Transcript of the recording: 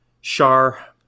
Shar